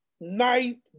night